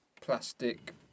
plastic